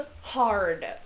hard